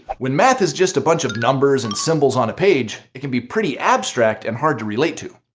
when math is just a bunch of numbers and symbols on a page, it can be pretty abstract and hard to relate to.